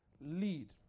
lead